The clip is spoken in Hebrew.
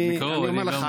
אני אומר לך,